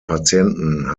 patienten